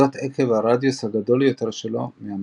וזאת עקב הרדיוס הגדול יותר שלו מהמרכז.